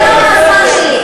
זה לא על הזמן שלי,